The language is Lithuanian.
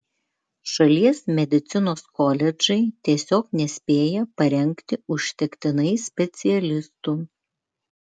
šalies medicinos koledžai tiesiog nespėja parengti užtektinai specialistų